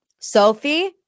Sophie